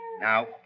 Now